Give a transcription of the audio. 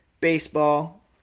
baseball